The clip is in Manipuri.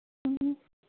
ꯎꯝ